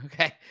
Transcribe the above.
Okay